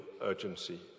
urgency